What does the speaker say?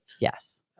Yes